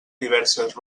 diverses